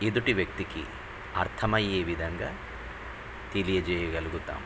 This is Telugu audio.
ఎదుటి వ్యక్తికి అర్థమయ్యే విధంగా తెలియజేయగలుగుతాం